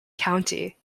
county